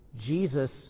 Jesus